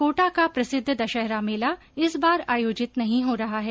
कोटा का प्रसिद्ध दशहरा मेला इस बार आयोजित नहीं हो रहा है